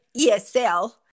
ESL